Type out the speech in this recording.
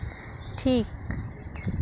ᱴᱷᱤᱠ